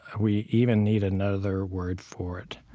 ah we even need another word for it.